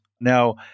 Now